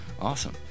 Awesome